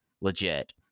legit